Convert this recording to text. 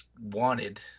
wanted